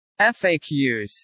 FAQs